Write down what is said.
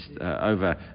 over